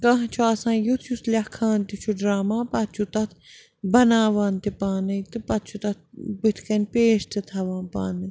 کانٛہہ چھُ آسان یُتھ یُس لٮ۪کھان تہِ چھُ ڈَرٛاما پَتہٕ چھُ تَتھ بَناوان تہِ پانَے تہٕ پَتہٕ چھُ تَتھ بٕتھِ کَنۍ پیش تہِ تھاوان پانَے